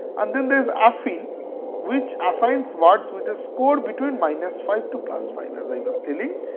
and then there is afinn which assigns words with a score between minus five to plus five as i was telling.